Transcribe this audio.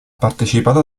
partecipato